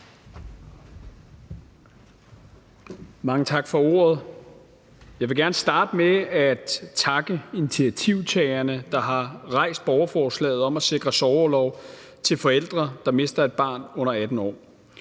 Mange tak for ordet. Jeg vil gerne starte med at takke initiativtagerne, der har rejst borgerforslaget om at sikre sorgorlov til forældre, der mister et barn under 18 år,